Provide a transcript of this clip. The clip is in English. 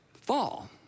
fall